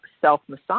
self-massage